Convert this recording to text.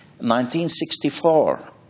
1964